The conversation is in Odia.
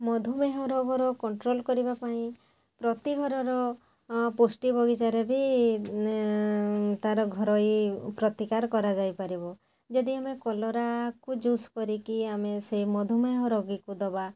ମଧୁମେହ ରୋଗର କଣ୍ଟ୍ରୋଲ୍ କରିବା ପାଇଁ ପ୍ରତି ଘରର ପୁଷ୍ଟି ବଗିଚାରେ ବି ତା'ର ଘରୋଇ ପ୍ରତିକାର କରାଯାଇପାରିବ ଯଦି ଆମେ କଲରାକୁ ଜୁସ୍ କରିକି ଆମେ ସେ ମଧୁମେହ ରୋଗୀକୁ ଦେବା